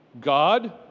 God